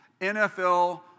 NFL